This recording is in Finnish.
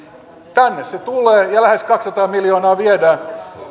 tänne se tulee ja lähes kaksisataa miljoonaa viedään